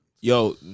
yo